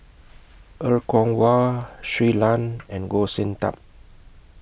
Er Kwong Wah Shui Lan and Goh Sin Tub